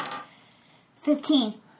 Fifteen